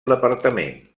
departament